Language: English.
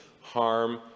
harm